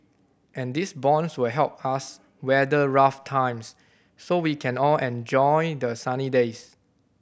and these bonds will help us weather rough times so we can all enjoy the sunny days